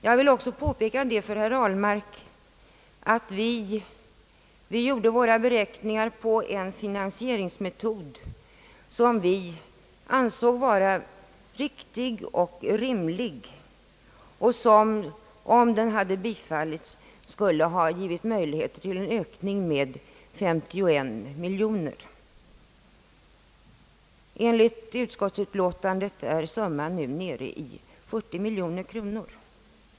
Jag vill också för herr Ahlmark påpeka, att vi gjorde våra värderingar efter en finansieringsmetod, som vi ansåg vara riktig och rimlig och som, om den hade bifallits, skulle ha givit möjligheter till en ökning av u-landsbiståndet med 51 miljoner kronor. Enligt utskottsutlåtandet är summan nu nere i 40 miljoner kronor.